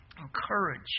Encourage